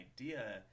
idea